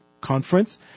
Conference